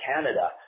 Canada